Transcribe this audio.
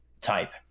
type